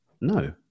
No